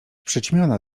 przyćmiona